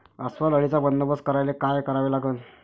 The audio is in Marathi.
अस्वल अळीचा बंदोबस्त करायले काय करावे लागन?